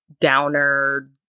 downer